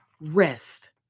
rest